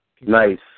Nice